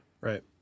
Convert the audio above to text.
Right